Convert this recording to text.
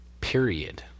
period